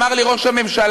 אמר לי ראש הממשלה: